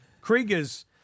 Krieger's